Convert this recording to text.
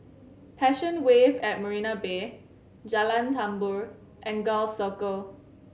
Passion Wave at Marina Bay Jalan Tambur and Gul Circle